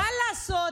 מה לעשות,